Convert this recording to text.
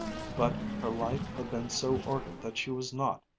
but her life had been so ordered that she was not,